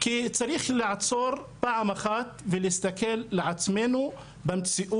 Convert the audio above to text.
יישוב-יישוב, לא להסתכל עליהם כ: